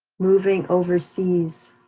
moving overseas.